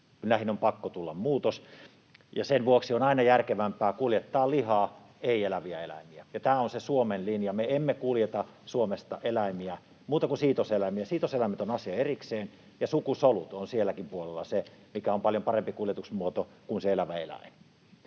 Näihin on pakko tulla muutos. Sen vuoksi on aina järkevämpää kuljettaa lihaa, ei eläviä eläimiä, ja tämä on se Suomen linja. Me emme kuljeta Suomesta eläimiä, paitsi siitoseläimiä. Sii-toseläimet ovat asia erikseen, ja sukusolut ovat sielläkin puolella se, mikä on paljon parempi kuljetusmuoto kuin se elävä eläin.